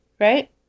right